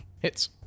Hits